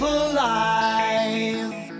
alive